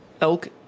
Elk